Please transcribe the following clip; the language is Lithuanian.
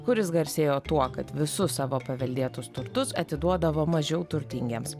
kur jis garsėjo tuo kad visus savo paveldėtus turtus atiduodavo mažiau turtingiems